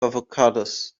avocados